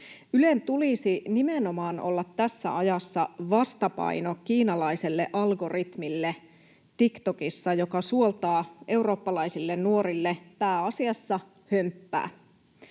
Ylen tulisi nimenomaan olla tässä ajassa vastapaino kiinalaiselle algoritmille TikTokissa, joka suoltaa eurooppalaisille nuorille pääasiassa hömppää.